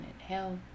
inhale